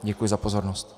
Děkuji za pozornost.